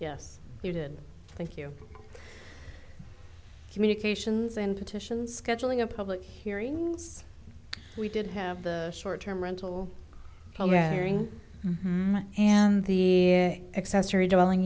yes you did thank you communications and petitions scheduling a public hearings we did have the short term rental hearing and the accessory dwelling